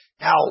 Now